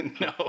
No